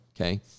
okay